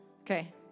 Okay